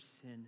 sin